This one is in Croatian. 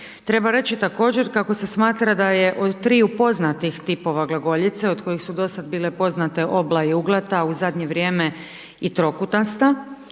Treba reći također kako se smatra da je od tri poznatih tipova glagoljice od kojih su dosad bile poznate obla i uglata, a u zadnje vrijeme i trokutasta,